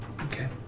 Okay